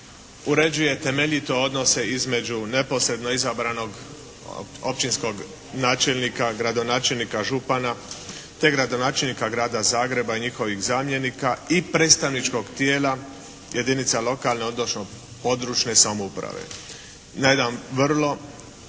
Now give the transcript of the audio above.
uređuje temeljito odnose između neposredno izabranog općinskog načelnika, gradonačelnika, župana te gradonačelnika Grada Zagreba i njihovih zamjenika i predstavničkog tijela jedinica lokalne, odnosno područne samouprave. Na jedan vrlo